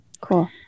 Cool